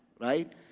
right